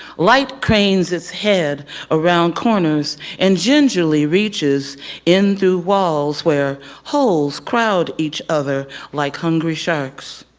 light cranes its head around corners and gingerly reaches in the walls where holes crowd each other like hungry sharks.